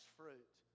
fruit